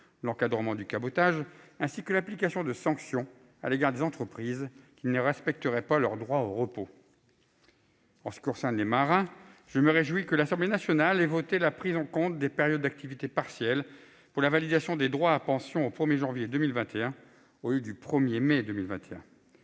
l'encadrement du cabotage, ainsi que l'application de sanctions à l'égard des entreprises qui ne respecteraient par leur droit au repos. En ce qui concerne les marins, je me réjouis que l'Assemblée nationale ait voté la prise en compte des périodes d'activité partielle pour la validation des droits à pension à compter du 1 janvier 2021, au lieu du 1 mai 2021.